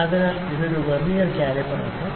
അതിനാൽ ഇതൊരു vernier caliper ആണ്